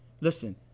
listen